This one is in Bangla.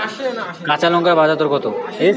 কাঁচা লঙ্কার বাজার দর কত?